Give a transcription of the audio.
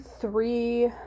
three